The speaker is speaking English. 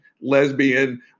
lesbian